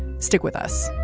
stick with us